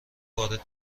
وارد